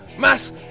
Mass